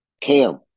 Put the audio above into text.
Cam